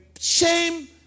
shame